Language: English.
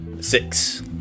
Six